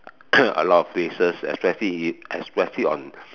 a lot of phrases especially if especially on